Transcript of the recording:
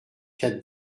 quatre